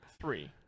three